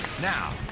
Now